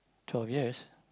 twelve years